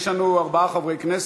יש לנו ארבעה חברי כנסת.